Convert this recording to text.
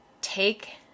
take